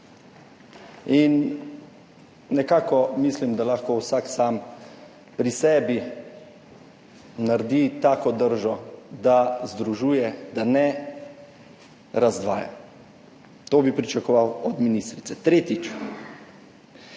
Nekako mislim, da lahko vsak sam pri sebi naredi tako držo, da združuje, da ne razdvaja. To bi pričakoval od ministrice. Tretjič,